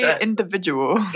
individual